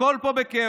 הכול פה בכאוס.